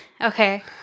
Okay